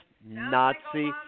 Nazi